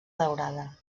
daurada